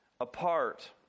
apart